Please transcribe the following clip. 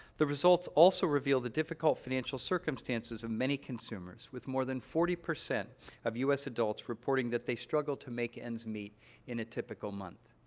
the results also reveal the difficult financial circumstances of many consumers, with more than forty percent of u s. adults reporting that they struggle to make ends meet in a typical month.